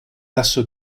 lasso